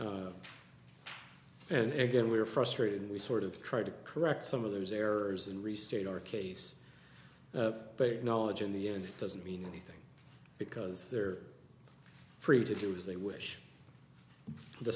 that and again we are frustrated and we sort of try to correct some of those errors and restate our case knowledge in the end it doesn't mean anything because they're free to do as they wish the